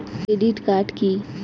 Credit card key?